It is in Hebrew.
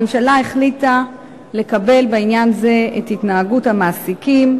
הממשלה החליטה לקבל בעניין זה את התנגדות המעסיקים,